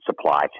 supply